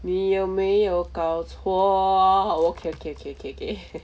你有没有搞错 okay okay okay okay okay okay